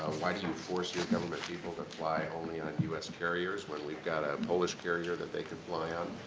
um why do you force your government people to fly only on u s. carriers when we've got a polish carrier that they could fly on.